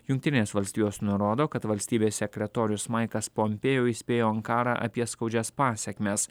jungtinės valstijos nurodo kad valstybės sekretorius maikas pompeo įspėjo ankarą apie skaudžias pasekmes